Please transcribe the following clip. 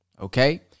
Okay